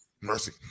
Mercy